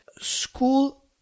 school